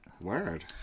Word